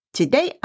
Today